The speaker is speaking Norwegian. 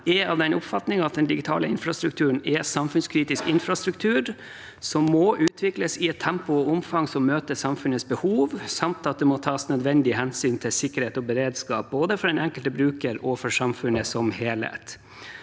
er av den oppfatning at den digitale infrastrukturen er samfunnskritisk infrastruktur som må utvikles i et tempo og omfang som møter samfunnets behov, samt at det må tas nødvendige hensyn til sikkerhet og beredskap både for den enkelte bruker og for samfunnet som helhet.